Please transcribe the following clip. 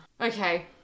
Okay